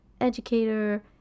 educator